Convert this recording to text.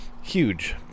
Huge